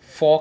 for